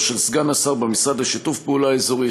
של סגן השר במשרד לשיתוף פעולה אזורי,